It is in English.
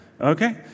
okay